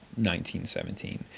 1917